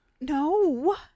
no